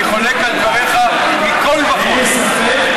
אני חולק על דבריך מכול וכול.